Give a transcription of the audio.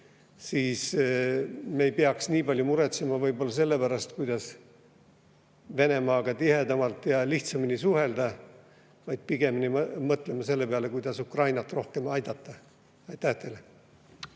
meid, võib-olla nii palju muretsema selle pärast, kuidas Venemaaga tihedamalt ja lihtsamini suhelda, vaid pigem mõtlema selle peale, kuidas Ukrainat rohkem aidata. Suur tänu!